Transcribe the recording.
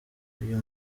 uyu